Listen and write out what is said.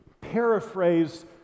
paraphrase